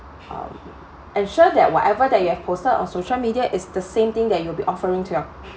um ensure that whatever that you have posted on social media is the same thing that you'll be offering to your